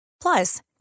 Plus